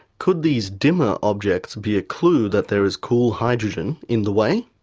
could these dimmer objects be a clue that there is cool hydrogen in the way?